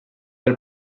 del